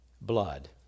blood